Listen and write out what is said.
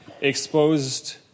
exposed